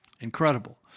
Incredible